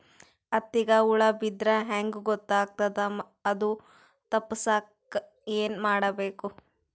ಹತ್ತಿಗ ಹುಳ ಬಿದ್ದ್ರಾ ಹೆಂಗ್ ಗೊತ್ತಾಗ್ತದ ಅದು ತಪ್ಪಸಕ್ಕ್ ಏನ್ ಮಾಡಬೇಕು?